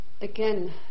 again